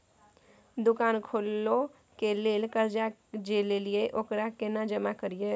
दुकान खोले के लेल कर्जा जे ललिए ओकरा केना जमा करिए?